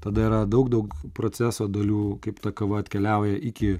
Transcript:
tada yra daug daug proceso dalių kaip ta kava atkeliauja iki